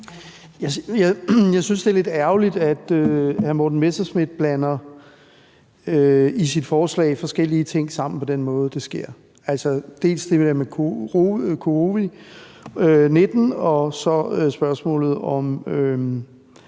Jeg synes, det er lidt ærgerligt, at hr. Morten Messerschmidt i sit forslag blander forskellige ting sammen på den måde, det sker, altså dels det der med covid-19 og dels spørgsmålet om